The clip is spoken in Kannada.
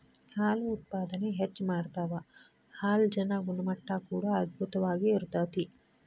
ಹಾಲು ಉತ್ಪಾದನೆ ಹೆಚ್ಚ ಮಾಡತಾವ ಹಾಲಜನ ಗುಣಮಟ್ಟಾ ಕೂಡಾ ಅಧ್ಬುತವಾಗಿ ಇರತತಿ